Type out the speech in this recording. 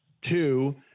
Two